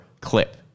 clip